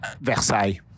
Versailles